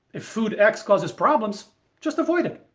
if food x causes problems just avoid it.